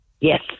Yes